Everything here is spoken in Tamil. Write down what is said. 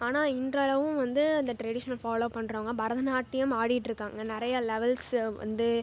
ஆனால் இன்றளவும் வந்து இந்த ட்ரெடிஷனை ஃபாலோ பண்ணுறவங்க பரதநாட்டியம் ஆடிகிட்டு இருக்காங்க நிறைய லெவல்ஸ் வந்து